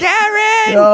Karen